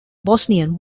bosnian